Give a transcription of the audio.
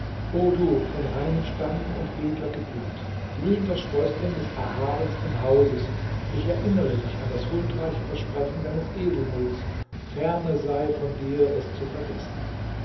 o du von reinem stamm und edler geburt blühender sprößling des erhabensten hauses ich erinnere dich an das huldreiche versprechen deines edelmuts ferne sei von dir es zu vergessen